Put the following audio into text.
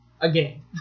Again